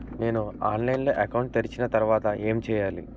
నేను ఆన్లైన్ లో అకౌంట్ తెరిచిన తర్వాత ఏం చేయాలి?